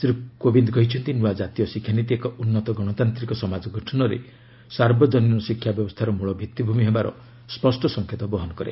ଶ୍ରୀ କୋବିନ୍ଦ କହିଛନ୍ତି ନୂଆ ଜାତୀୟ ଶିକ୍ଷାନୀତି ଏକ ଉନ୍ନତ ଗଣତାନ୍ତ୍ରିକ ସମାଜ ଗଠନରେ ସାର୍ବଜନୀନ ଶିକ୍ଷାବ୍ୟବସ୍ଥାର ମୂଳ ଭିଭି଼ମି ହେବାର ସ୍ୱଷ୍ଟ ସଂକେତ ବହନ କରୁଛି